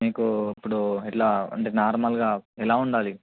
మీకు ఇప్పుడు ఎట్లా అంటే నార్మల్గా ఎలా ఉండాలి